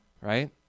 Right